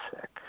sick